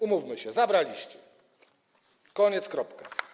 Umówmy się, zabraliście, koniec, kropka.